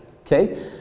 okay